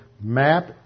map